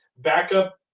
backup